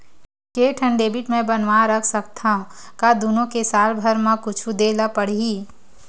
के ठन डेबिट मैं बनवा रख सकथव? का दुनो के साल भर मा कुछ दे ला पड़ही?